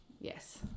Yes